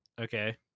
Okay